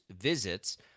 visits